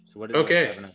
Okay